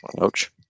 Ouch